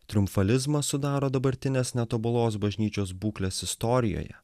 triumfalizmą sudaro dabartinės netobulos bažnyčios būklės istorijoje